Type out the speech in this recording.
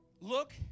Look